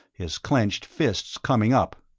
his clenched fists coming up.